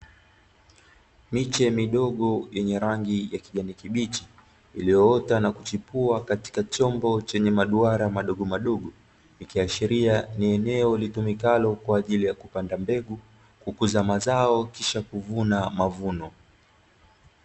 Miche midogo yenye rangi ya kijani kibichi iliyoota na kuchipua katika chombo chenye maduara madogomadogo. Iikiashiria ni eneo litumikalo kwa ajili ya kupanda mbegu, kukuza mazao na kwisha kuvunwa mavuno.